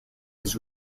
his